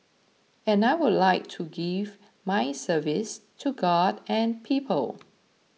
and I would like to give my service to god and people